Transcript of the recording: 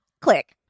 click